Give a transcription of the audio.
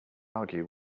argue